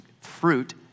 fruit